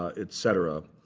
et cetera.